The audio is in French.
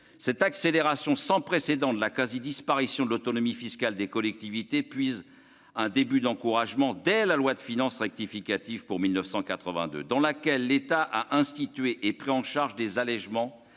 cette accélération sans précédent de la quasi-disparition de l'autonomie fiscale des collectivités épuise un début d'encouragement dès la loi de finances rectificative pour 1982 dans laquelle l'État a institué et pris en charge des allégements